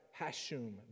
Hashum